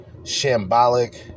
shambolic